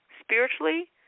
spiritually